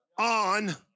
on